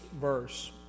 verse